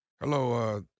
Hello